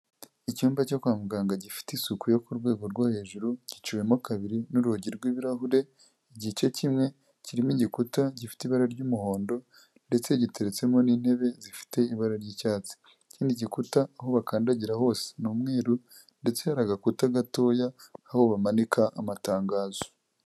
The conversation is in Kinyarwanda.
Icyumba cyo kwa muganga gifite isuku yo ku rwego rwo hejuru giciwemo kabiri n'urugi rw'ibirahure, igice kimwe kirimo igikuta gifite ibara ry'umuhondo ndetse giteretsemo n'intebe zifite ibara ry'icyatsi. Ikindi gikuta aho bakandagira hose ni umweru ndetse hari agakuta gatoya aho bamanika amatangazo.